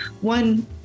one